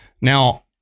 Now